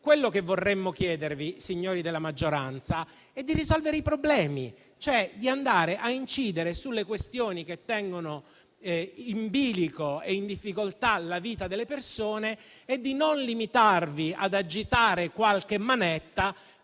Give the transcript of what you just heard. Quello che vorremmo chiedervi, signori della maggioranza, è di risolvere i problemi, cioè di andare a incidere sulle questioni che tengono in bilico e in difficoltà la vita delle persone e di non limitarvi ad agitare qualche manetta